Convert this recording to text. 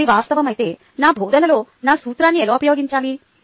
ఇప్పుడు ఇది వాస్తవం అయితే నా బోధనలో ఈ సూత్రాన్ని ఎలా ఉపయోగించాలి